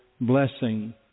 Blessing